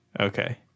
okay